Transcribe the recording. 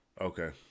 Okay